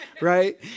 right